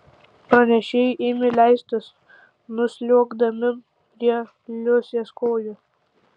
pranešėjai ėmė leistis nusliuogdami prie liusės kojų